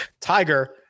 Tiger